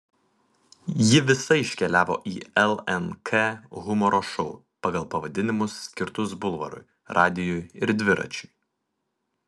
ji visa iškeliavo į lnk humoro šou pagal pavadinimus skirtus bulvarui radijui ir dviračiui